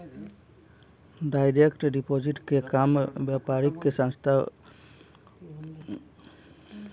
direct deposit के काम व्यापारिक संस्था आउर सरकारी संस्था के मदद से होला